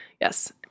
Yes